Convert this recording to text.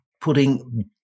putting